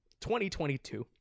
2022